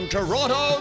Toronto